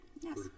Yes